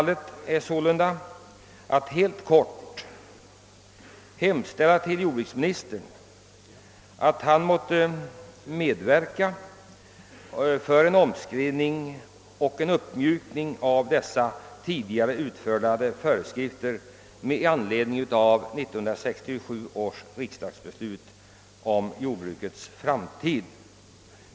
Vad jag sålunda i detta sammanhang helt kort vill framföra till jordbruksministern är att han måtte medverka till en omskrivning och en uppmjukning av de föreskrifter som utfärdats med anledning av 1967 års riksdagsbeslut om jordbrukets framtid.